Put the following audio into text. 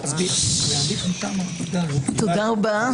תודה רבה.